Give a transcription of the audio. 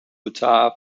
uttar